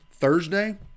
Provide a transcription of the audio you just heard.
Thursday